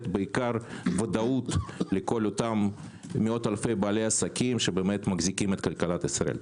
בעיקר ודאות לכל אותם מאות אלפי בעלי עסקים שמחזיקים את כלכלת ישראל.